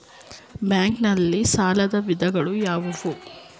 Bank ನಲ್ಲಿ ಸಾಲದ ವಿಧಗಳಾವುವು?